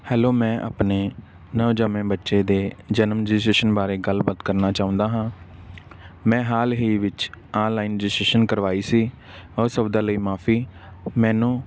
hello ਮੈਂ ਆਪਣੇ ਨਵਜੰਮੇ ਬੱਚੇ ਦੇ ਜਨਮ ਰਜਿਸਟਰੇਸ਼ਨ ਬਾਰੇ ਗੱਲਬਾਤ ਕਰਨਾ ਚਾਹੁੰਦਾ ਹਾਂ ਮੈਂ ਹਾਲ ਹੀ ਵਿੱਚ ਆਨਲਾਈਨ ਰਜਿਸਟਰੇਸ਼ਨ ਕਰਵਾਈ ਸੀ ਉਹ ਸਭ ਦਾ ਲਈ ਮਾਫੀ ਮੈਨੂੰ